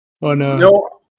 No